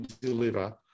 deliver